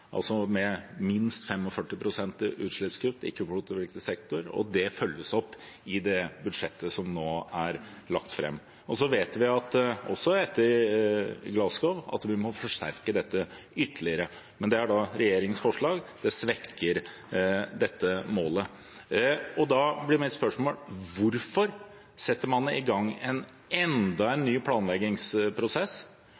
altså med minst 45 pst. utslippskutt i ikke-kvotepliktig sektor. Det følges opp i det budsjettet som nå er lagt fram. Og så vet vi, også etter Glasgow, at vi må forsterke dette ytterligere. Men det er da regjeringens forslag, det svekker dette målet. Da blir mitt spørsmål: Hvorfor setter man i gang enda en